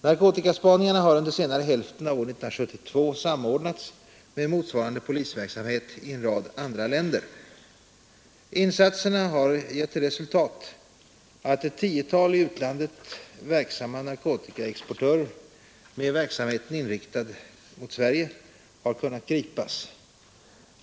Narkotikaspaningarna har under senare hälften av år 1972 samordnats med motsvarande polisverksamhet i en rad andra länder. Insatserna har givit till resultat att ett 10-tal i utlandet verksamma narkotikaexportörer med verksamheten riktad mot Sverige kunnat gripas.